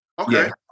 okay